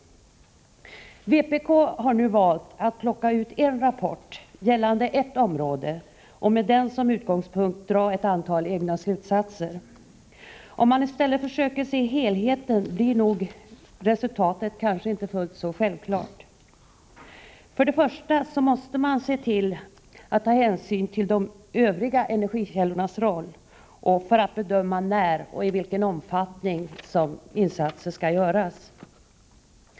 Vpk har nu valt att plocka ut en rapport gällande ett område och med den som utgångspunkt dra ett antal egna slutsatser. Om vi i stället försöker se helheten, blir resultatet kanske inte fullt så självklart. För det första måste vi ta hänsyn till de övriga energikällornas roll för att kunna bedöma när och i vilken omfattning insatser skall göras.